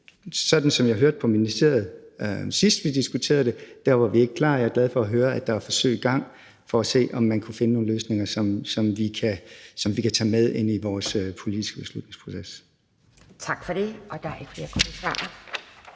Sådan som jeg hørte det fra ministeriet, sidst vi diskuterede det, var vi ikke klar. Jeg er glad for at høre, at der er forsøg i gang med at se på, om man kan finde nogle løsninger, som vi kan tage med ind i vores politiske beslutningsproces. Kl. 12:28 Anden næstformand